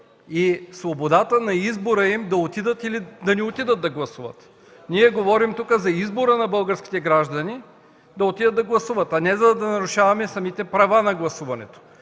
и свободата на избора им да отидат или да не отидат да гласуват. Ние говорим тук за избора на българските граждани да отидат да гласуват, а не да нарушаваме самите права на гласуването.